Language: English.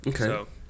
Okay